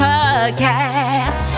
Podcast